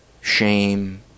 shame